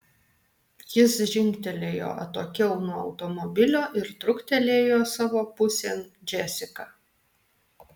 jis žingtelėjo atokiau nuo automobilio ir truktelėjo savo pusėn džesiką